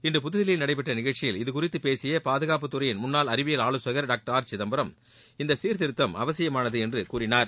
இன்று புதுதில்லியில் நடைபெற்ற நிகழ்ச்சியில் இதுகுறித்து பேசிய பாதுகாப்பு துறையின் முன்னாள் அறிவியல் ஆலோசகர் டாக்டர் ஆர் சிதம்பரம் இந்த சீர்திருத்தம் அவசியமானது என்று கூறினார்